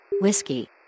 Whiskey